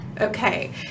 okay